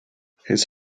his